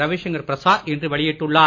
ரவிசங்கர் பிரசாத் இன்று வெளியிட்டுள்ளார்